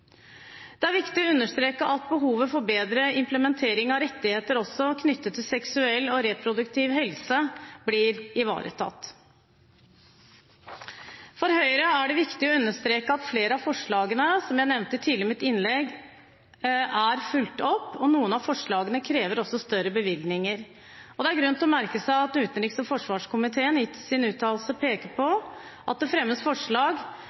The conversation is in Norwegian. er også viktig å understreke at behovet for bedre implementering av rettigheter knyttet til seksuell og reproduktiv helse blir ivaretatt. For Høyre er det viktig å understreke at flere av forslagene, som jeg nevnte tidlig i mitt innlegg, er fulgt opp. Noen av forslagene krever også større bevilgninger. Det er grunn til å merke seg at utenriks- og forsvarskomiteen i sin uttalelse peker på at det fremmes forslag